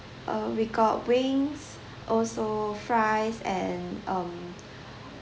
uh we got wings also fries and um